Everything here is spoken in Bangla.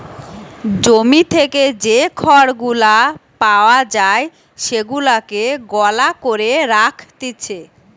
জমি থেকে যে খড় গুলা পাওয়া যায় সেগুলাকে গলা করে রাখতিছে